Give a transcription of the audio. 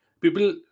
People